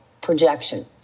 projection